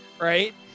right